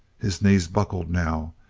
his knees buckled now.